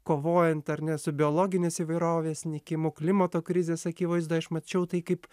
kovojant ar ne su biologinės įvairovės nykimu klimato krizės akivaizdoje aš mačiau tai kaip